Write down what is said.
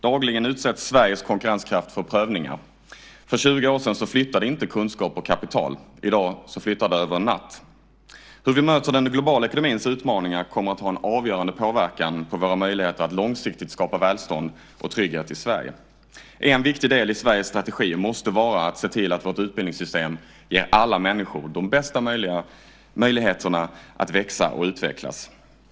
Dagligen utsätts Sveriges konkurrenskraft för prövningar. För 20 år sedan flyttade inte kunskap och kapital. I dag flyttar det över en natt. Hur vi möter den globala ekonomins utveckling kommer att ha en avgörande påverkan på våra möjligheter att långsiktigt skapa välstånd och trygghet i Sverige. En viktig del i Sveriges strategi måste vara att se till att vårt utbildningssystem ger alla människor de bästa möjligheterna att växa och utvecklas.